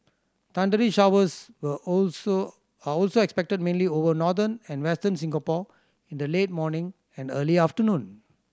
thundery showers will also are also expected mainly over northern and Western Singapore in the late morning and early afternoon